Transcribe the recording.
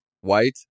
white